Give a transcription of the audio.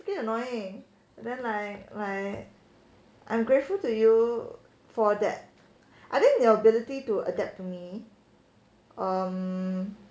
freaking annoying then like like I'm grateful to you for that I think your ability to adapt to me um